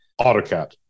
AutoCAD